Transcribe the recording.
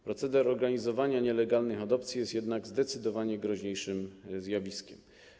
Proceder organizowania nielegalnych adopcji jest jednak zdecydowanie groźniejszym zjawiskiem.